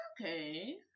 Okay